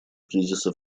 кризиса